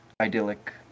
idyllic